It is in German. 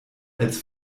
als